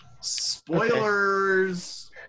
spoilers